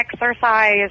exercise